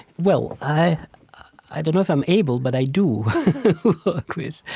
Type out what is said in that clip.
well, i i don't know if i'm able, but i do work with